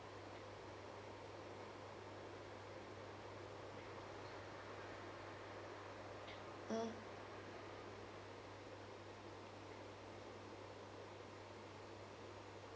mm